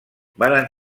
varen